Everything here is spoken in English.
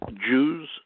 Jews